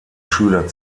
schüler